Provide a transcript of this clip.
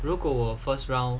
如果我 first round